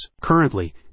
Currently